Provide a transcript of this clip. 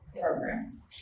program